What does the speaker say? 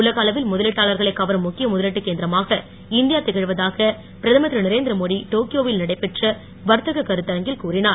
உலக அளவில் முதலீட்டாளர்களைக் கவரும் முக்கிய முதலீட்டுக் கேந்திரமாக இந்தியா திகழ்வதாக பிரதமர் திரு நரேந்திர மோடி டோக்கியோ வில் நடைபெற்ற வர்த்தக கருத்தரங்கில் கூறினார்